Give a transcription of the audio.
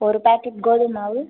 ஒரு பாக்கெட் கோதுமை மாவு